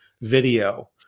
video